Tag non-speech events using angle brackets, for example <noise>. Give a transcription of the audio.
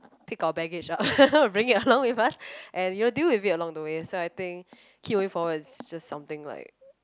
pick our baggage up <laughs> bring it along with us and you know deal with it along the way so I think keep moving forward is just something like